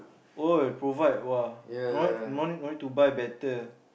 oh provide !wah! no need no need no need to buy better